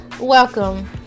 Welcome